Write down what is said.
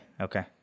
okay